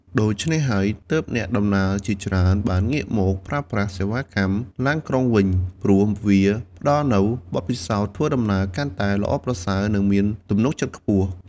ដូច្នេះហើយ ទើបអ្នកដំណើរជាច្រើនបានងាកមកប្រើប្រាស់សេវាកម្មឡានក្រុងវិញព្រោះវាផ្តល់នូវបទពិសោធន៍ធ្វើដំណើរកាន់តែល្អប្រសើរនិងមានទំនុកចិត្តខ្ពស់។